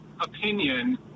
opinion